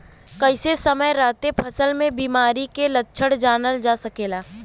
कइसे समय रहते फसल में बिमारी के लक्षण जानल जा सकेला?